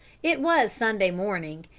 it was sunday morning,